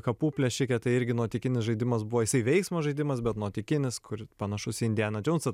kapų plėšikė tai irgi nuotykinis žaidimas buvo jisai veiksmo žaidimas bet nuotykinis kur panašus į indianą džonsą